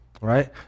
Right